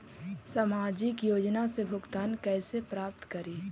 सामाजिक योजना से भुगतान कैसे प्राप्त करी?